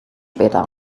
später